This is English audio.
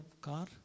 car